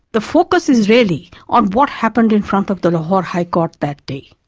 the focus is really on what happened in front of the lahore high court that day.